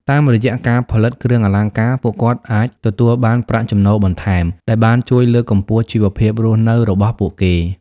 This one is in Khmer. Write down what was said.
តាមរយៈការផលិតគ្រឿងអលង្ការ ពួកគាត់អាចទទួលបានប្រាក់ចំណូលបន្ថែម ដែលបានជួយលើកកម្ពស់ជីវភាពរស់នៅរបស់ពួកគេ។